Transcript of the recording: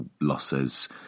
losses